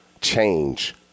change